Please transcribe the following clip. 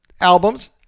albums